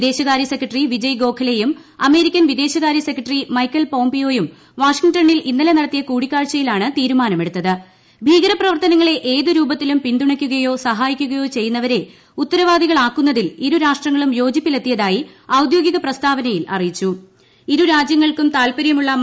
വിദേശകാര്യ സെക്രട്ടറി വിജയ് ഗോഖലേയും അമേരിക്കൻ വിദേശകാര്യ സെക്രട്ടറി മൈക്കൽ പോംപിയോയും വാഷിംഗ്ടണിൽ ഇന്നലെ നടത്തിയ കൂടിക്കാഴ്ചയിലാണ് തീരുമാനമെടുത്ത് ്യൂ ഭീകര പ്രവർത്തനങ്ങളെ രൂപത്തിലും പിന്തുണയ്ക്കുകിയോ് സഹായിക്കുകയോ ഏത് ചെയ്യുന്നവരെ ഉത്തരവാദികളാക്കുന്നതിൽ ഇരു രാഷ്ട്രങ്ങളും യോജിപ്പിലെത്തിയതായി പ്രസ്താവനയിൽ ഇരു രാജ്യങ്ങൾക്കും താൽപര്യമുള്ള അറിയിച്ചു